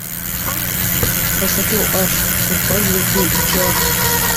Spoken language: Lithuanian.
a pasakiau aš ir pažvelgiau į džordžą